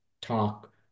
talk